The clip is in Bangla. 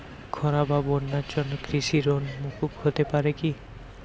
খরা বা বন্যার জন্য কৃষিঋণ মূকুপ হতে পারে কি?